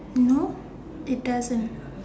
no it doesn't